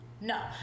no